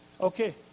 Okay